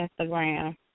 Instagram